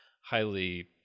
highly